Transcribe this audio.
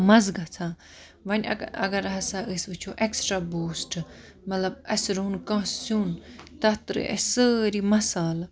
مَزٕ گَژھان وۅنۍ اَگَر اَگَر ہَسا أسۍ وُچھو ایٚکسٹرا بوٗسٹہٕ مَطلَب اَسہِ روٚن کانٛہہ سیُن تَتھ ترٛٲے اَسہِ سٲری مَسالہٕ